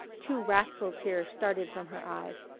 two wrathful tears started from her eyes.